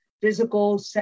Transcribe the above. physical